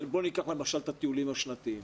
בואו ניקח למשל את הטיולים השנתיים